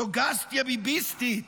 סוגסטיה ביביסטית